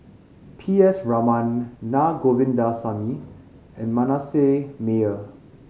P S Raman Naa Govindasamy and Manasseh Meyer